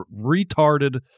retarded